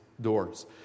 doors